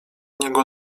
niego